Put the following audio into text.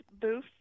booth